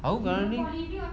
oh currently